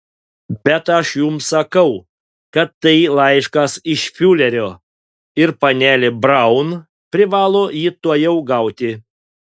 bet aš jums sakau kad tai laiškas iš fiurerio ir panelė braun privalo jį tuojau gauti